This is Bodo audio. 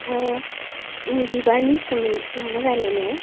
बिबारनि सोमोन्दै माबा रायलायनो